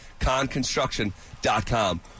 ConConstruction.com